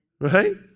Right